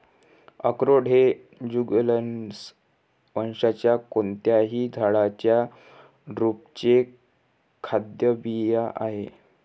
अक्रोड हे जुगलन्स वंशाच्या कोणत्याही झाडाच्या ड्रुपचे खाद्य बिया आहेत